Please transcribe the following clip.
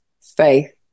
faith